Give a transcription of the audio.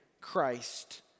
Christ